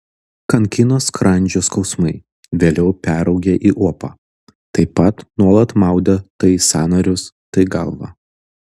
kankino skrandžio skausmai vėliau peraugę į opą taip pat nuolat maudė tai sąnarius tai galvą